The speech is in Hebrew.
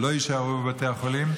שלא יישארו בבתי החולים,